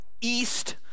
east